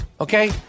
Okay